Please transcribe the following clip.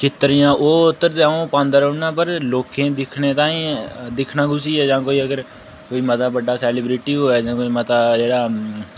चित्रियां ओह् उत्त र ते अ'ऊं पांदा रौह्न्ना पर लोकें गी दिक्खने ताहीं दिक्खना कुसी जां कोई अगर मता बड्डा सेलिब्रिटी होऐ जां कोई मता जेह्ड़ा